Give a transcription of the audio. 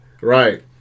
Right